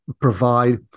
provide